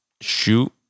shoot